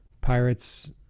Pirates